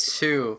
two